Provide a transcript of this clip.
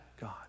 God